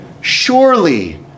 Surely